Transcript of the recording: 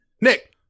Nick